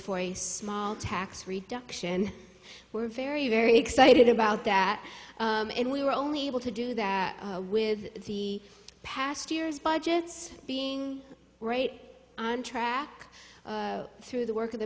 for a small tax reduction we're very very excited about that and we were only able to do that with the past years budgets being right on track through the work of the